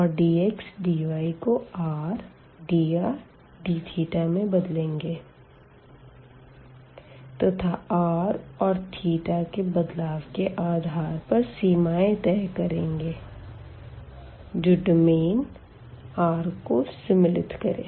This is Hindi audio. और dx dy को rdrdθ में बदलेंगे तथा r और के बदलाव के आधार पर लिमिटस तय करेंगे जो डोमेन R को सम्मिलित करे